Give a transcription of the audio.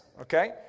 okay